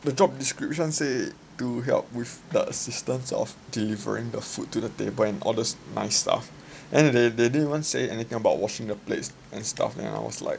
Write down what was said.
the job description say to help with the assistance of delivering the food to the table and all those nice stuff and they they didn't even say anything about washing the plates and stuff and I was like